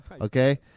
okay